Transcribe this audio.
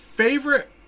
Favorite